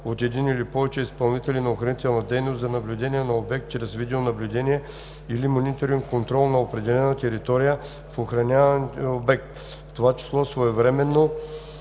от един или повече изпълнители на охранителна дейност за наблюдение на обект чрез видеонаблюдение или мониторен контрол на определена територия в охранявания обект, в това число своевременно